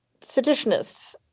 seditionists